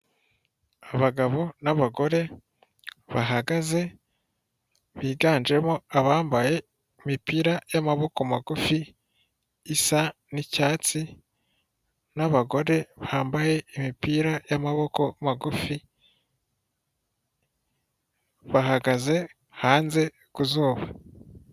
Abagabo n'abagore bahagaze, biganjemo abambaye imipira y'amaboko magufi isa nicyatsi n'abagore bambaye imipira y'amaboko magufi bahagaze hanze ku zuba.